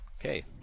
Okay